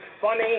funny